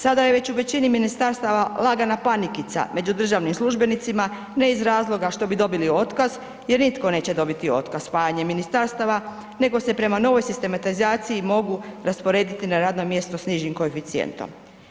Sada je već u većini ministarstava lagana panikica među državnim službenicima, ne iz razloga što bi dobili otkaz jer nitko neće dobiti otkaz spajanjem ministarstava nego se prema novoj sistematizaciji mogu rasporediti na radno mjesto s nižim koeficijentom.